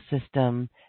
system